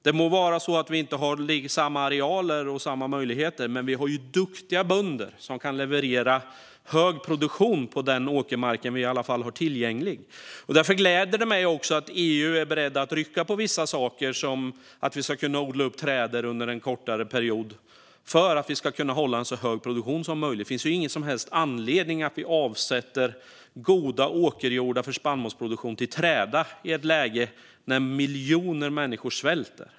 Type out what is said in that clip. Det må vara så att vi inte har samma arealer och samma möjligheter, men vi har ju duktiga bönder som kan leverera hög produktion på den åkermark som vi i alla fall har tillgänglig. Därför gläder det mig att EU är berett att rucka på vissa saker, som att vi ska kunna odla upp trädor under en kortare period för att vi ska kunna hålla en så hög produktion som möjligt. Det finns ju ingen som helst anledning att avsätta goda åkerjordar för spannmålsproduktion till träda i ett läge när miljoner människor svälter.